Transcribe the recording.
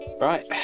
Right